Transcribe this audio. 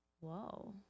Whoa